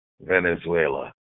Venezuela